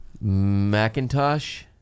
Macintosh